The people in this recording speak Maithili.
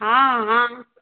हँ हम